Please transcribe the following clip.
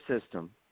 system